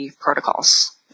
protocols